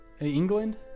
England